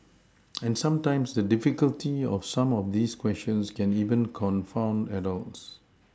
and sometimes the difficulty of some of these questions can even confound adults